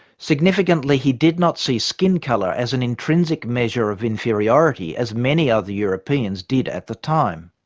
significantly, he did not see skin colour as an intrinsic measure of inferiority as many other europeans did at the time.